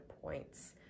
points